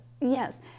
Yes